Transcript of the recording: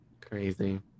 Crazy